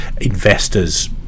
investors